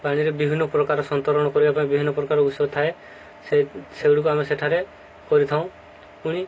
ପାଣିରେ ବିଭିନ୍ନ ପ୍ରକାର ସନ୍ତରଣ କରିବା ପାଇଁ ବିଭିନ୍ନ ପ୍ରକାର ଓସ ଥାଏ ସେ ସେଗୁଡ଼ିକୁ ଆମେ ସେଠାରେ କରିଥାଉଁ ପୁଣି